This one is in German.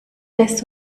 lässt